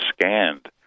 scanned